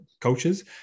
coaches